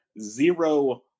zero